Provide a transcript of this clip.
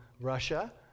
Russia